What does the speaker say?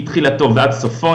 מתחילתו ועד סופו,